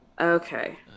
Okay